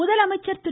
முதலமைச்சர் திரு